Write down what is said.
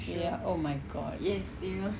oh my god